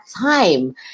time